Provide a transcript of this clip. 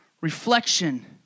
reflection